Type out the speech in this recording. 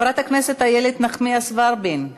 חברת הכנסת איילת נחמיאס ורבין.